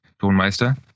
Tonmeister